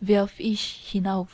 werf ich hinauf